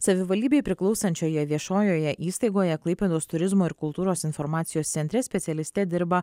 savivaldybei priklausančioje viešojoje įstaigoje klaipėdos turizmo ir kultūros informacijos centre specialiste dirba